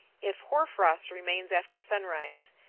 if hoar frost remains after sunrise,